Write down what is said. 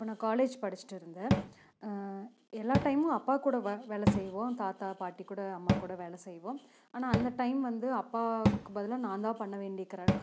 அப்போ நான் காலேஜ் படிச்சிட்டுடிருந்தன் எல்லா டைமும் அப்பா கூட வேலை செய்வோம் தாத்தா பாட்டி கூட அம்மா கூட வேலை செய்வோம் ஆனால் அந்த டைம் வந்து அப்பாக்கு பதிலாக நான் தான் பண்ண வேண்டியை